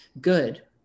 good